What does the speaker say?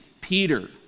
Peter